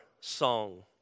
song